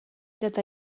dat